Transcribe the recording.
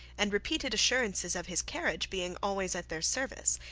and repeated assurances of his carriage being always at their service,